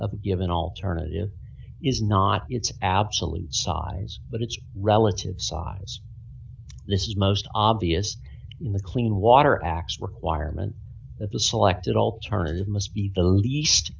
a given alternative is not its absolute size but its relative size this is most obvious in the clean water act requirement that the selected alternative must be the least